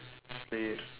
sleep